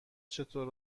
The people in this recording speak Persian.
چطور